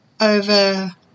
over